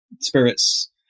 spirits